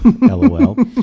lol